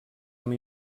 amb